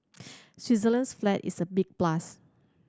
Switzerland's flag is a big plus